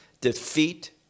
defeat